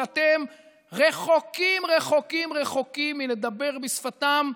ואתם רחוקים רחוקים רחוקים מלדבר בשפתם.